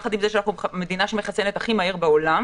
יחד עם זה שאנחנו המדינה שמחסנת הכי מהר בעולם,